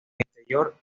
exterior